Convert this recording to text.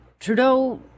Trudeau